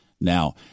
now